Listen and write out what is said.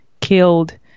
killed